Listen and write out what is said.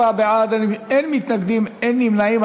34 בעד, אין מתנגדים, אין נמנעים.